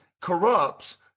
corrupts